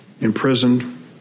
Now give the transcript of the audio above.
imprisoned